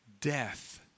Death